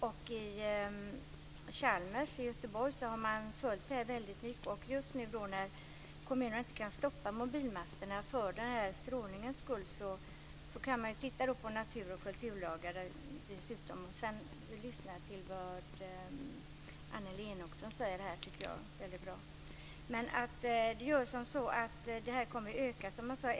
På Chalmers i Göteborg har man följt detta väldigt mycket, och just nu när kommunerna inte kan stoppa mobilmasterna för strålningens skull kan man ju titta på natur och kulturlagar dessutom och lyssna till vad Annelie Enochson uttryckte väldigt bra. Det här kommer ju att öka.